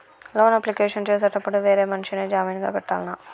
Loan application చేసేటప్పుడు వేరే మనిషిని జామీన్ గా పెట్టాల్నా?